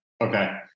Okay